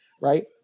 right